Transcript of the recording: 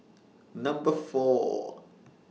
Number four